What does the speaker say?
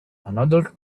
another